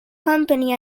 company